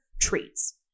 treats